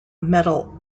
metal